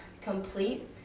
complete